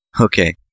Okay